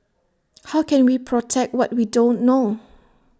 how can we protect what we don't know